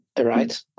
right